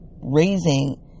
raising